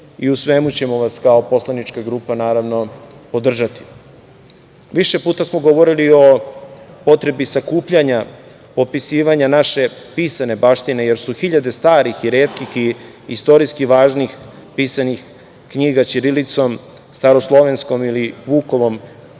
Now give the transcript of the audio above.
i u svemu ćemo vas kao poslanička grupa, naravno podržati. Više puta smo govorili o potrebi sakupljanja, popisivanja naše pisane baštine, jer su hiljade starih i retkih i istorijski važnih pisanih knjiga ćirilicom, staroslovenskom ili Vukovom